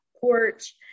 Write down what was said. porch